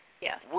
Yes